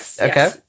Okay